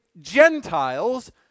Gentiles